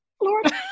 lord